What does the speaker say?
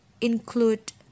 include